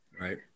Right